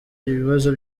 ibibazo